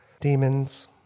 Demons